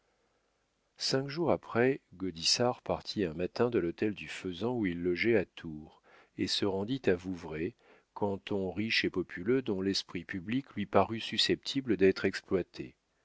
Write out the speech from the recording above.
cinq jours après gaudissart partit un matin de l'hôtel du faisan où il logeait à tours et se rendit à vouvray canton riche et populeux dont l'esprit public lui parut susceptible d'être exploité